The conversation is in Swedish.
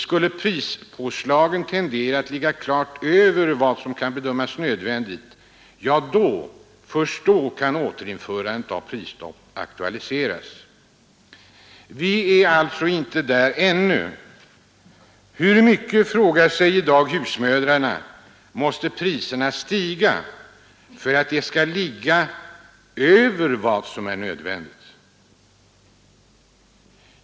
Skulle prispåslagen tendera att ligga klart över vad som kan bedömas nödvändigt, då — men först då — kan återinförandet av prisstopp aktualiseras. Vi är alltså inte där ännu. Hur mycket, frågar sig i dag husmödrarna, måste priserna stiga för att ”de skall ligga över vad som är nödvändigt”?